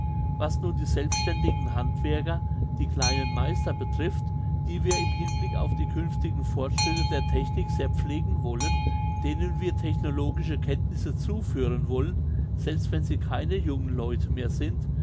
was nun die selbstständigen handwerker die kleinen meister betrifft die wir im hinblick auf die künftigen fortschritte der technik sehr pflegen wollen denen wir technologische kenntnisse zuführen wollen selbst wenn sie keine jungen leute mehr sind